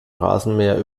rasenmäher